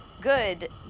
good